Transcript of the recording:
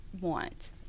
want